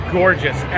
gorgeous